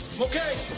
Okay